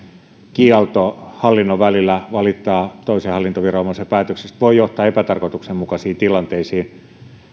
kielto valittaa hallinnon välillä toisen hallintoviranomaisen päätöksistä voi johtaa epätarkoituksenmukaisiin tilanteisiin